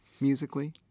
musically